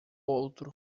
outro